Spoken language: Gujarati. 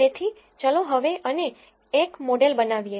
તેથી ચાલો હવે અને એક મોડેલ બનાવીએ